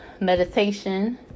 meditation